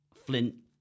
flint